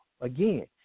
again